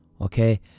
Okay